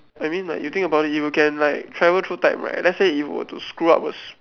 I mean like you think about it you can like travel through time right let's say you were to screw up a s~